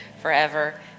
forever